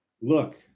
look